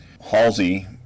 Halsey